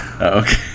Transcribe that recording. Okay